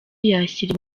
yashyira